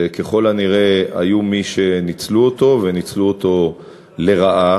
וככל הנראה היו מי שניצלו אותו וניצלו אותו לרעה.